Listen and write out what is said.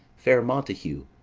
fair montague,